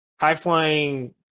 high-flying